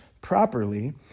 properly